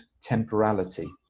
temporality